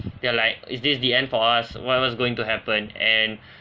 they're like is this the end for us what what's going to happen and